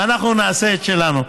ואנחנו נעשה את שלנו.